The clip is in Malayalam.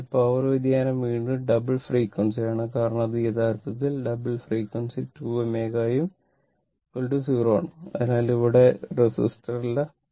അതിനാൽ പവർ വ്യതിയാനം വീണ്ടും ഡബിൾ ഫ്രേക്യുഎൻസി ആണ് കാരണം ഇത് യഥാർത്ഥത്തിൽ ഡബിൾ ഫ്രേക്യുഎൻസി 2 ω ഉം 0 ഉം ആണ് അവിടെ ഒരു റെസിസ്റ്റർ ഇല്ല